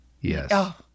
Yes